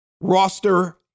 roster